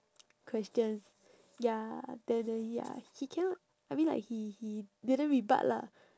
question ya then then ya he cannot I mean like he he didn't rebut lah